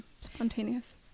spontaneous